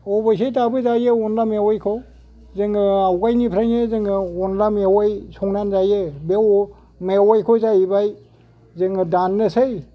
अबसे दाबो जायो अनला मेवायखौ जोङो आवगाइनिफ्रायनो जोङो अनला मेवाय संनानै जायो बेव मेवायखौ जाहैबाय जोङो दाननोसै